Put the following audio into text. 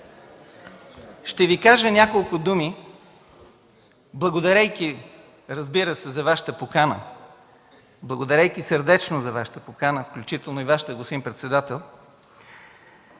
Ще Ви кажа няколко думи, благодарейки, разбира се, за Вашата покана, благодарейки сърдечно за Вашата покана, включително и Вашата, господин председател,